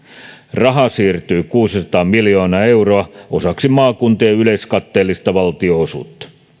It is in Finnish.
rahaa siirtyy kuusisataa miljoonaa euroa osaksi maakuntien yleiskatteellista valtionosuutta